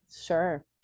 sure